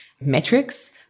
metrics